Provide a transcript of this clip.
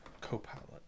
Copilot